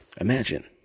imagine